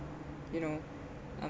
you know um